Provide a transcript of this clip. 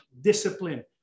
discipline